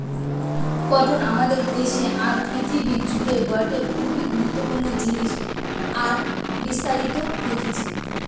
cotton আমাদের দেশে আর পৃথিবী জুড়ে গটে খুবই গুরুত্বপূর্ণ জিনিস আর বিস্তারিত হতিছে